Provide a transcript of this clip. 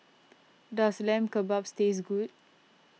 does Lamb Kebabs taste good